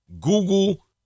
Google